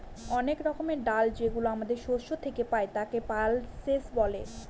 অনেক রকমের ডাল যেগুলো আমাদের শস্য থেকে পাই, তাকে পালসেস বলে